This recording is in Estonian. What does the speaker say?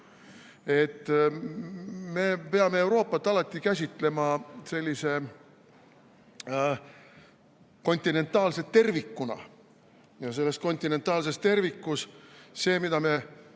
Me peame Euroopat alati käsitlema kontinentaalse tervikuna ja selles kontinentaalses tervikus see, mida me